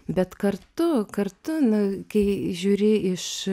bet kartu kartu na kai žiūri iš